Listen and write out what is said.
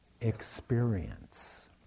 experience